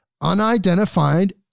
unidentified